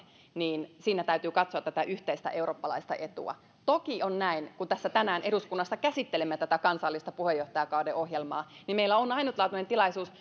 niin täytyy katsoa yhteistä eurooppalaista etua toki on näin että kun täällä tänään eduskunnassa käsittelemme tätä kansallista puheenjohtajakauden ohjelmaa niin meillä on ainutlaatuinen tilaisuus